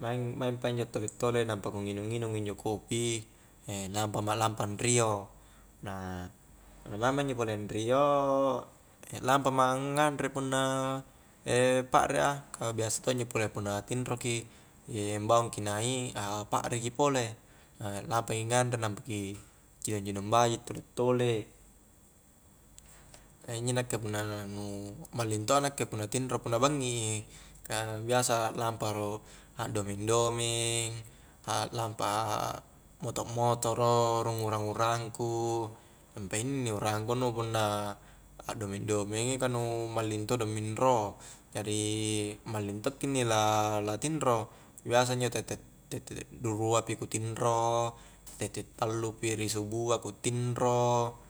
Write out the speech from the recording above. maing-maing pa injo tole-tole nampa ku nginung-nginung injo kopi nampa ma lampa anrio na punna maing ma pole injo anrio lampa ma nganre punna pakre a ka biasa to injo pole punna tinro ki mbaung ki naik a pakre ki pole lampaki nganre nampa ki cidong-cidong baji, tole-tole injo nakke punna nu malling to a nakke punna tinro, punna bangngi i ka biasa lampa ro' a'domeng-domeng, aklampa a moto-motoro rung urang-urang ku nampa inni-inni urang ku nu punna a'domeng-domengi ka nu malling todo' minro jari malling tokki inni latinro biasa injo tette-tette rua pi ku tinro tette tallu pi ri subua ku tinro